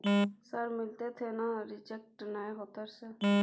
Sir मिलते थे ना रिजेक्ट नय होतय सर?